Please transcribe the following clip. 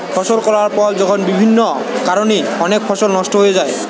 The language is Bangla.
ফসল কাটার পর যখন বিভিন্ন কারণে অনেক ফসল নষ্ট হয়ে যায়েটে